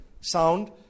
Sound